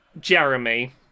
Jeremy